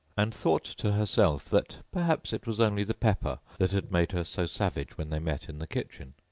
and thought to herself that perhaps it was only the pepper that had made her so savage when they met in the kitchen.